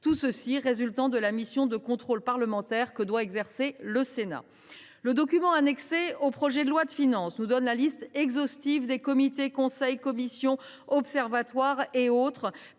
exigence résulte de la mission de contrôle parlementaire que doit exercer le Sénat. Le document annexé au projet de loi de finances, dit jaune budgétaire, dresse la liste exhaustive des comités, conseils, commissions, observatoires et autres.